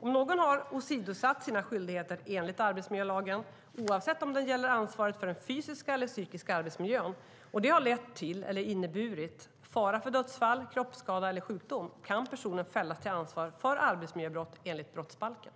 Om någon har åsidosatt sina skyldigheter enligt arbetsmiljölagen, oavsett om det gäller ansvaret för den fysiska eller psykiska arbetsmiljön, och det har lett till eller inneburit fara för dödsfall, kroppsskada eller sjukdom kan personen fällas till ansvar för arbetsmiljöbrott enligt brottsbalken.